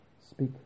speak